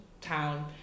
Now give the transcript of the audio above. town